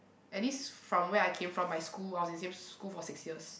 at least from where I came from my school I was in the same school for six years